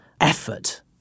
effort